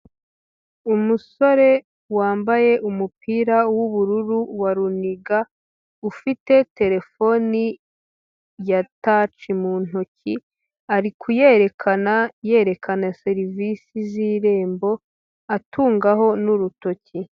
Umusore wambaye umupira w'ubururu wa runiga, ufite telefone ya taci mu ntoki, ari kuyerekana yerekana serivisi z'irembo atungaho n'urutoki.